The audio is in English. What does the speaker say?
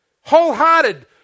Wholehearted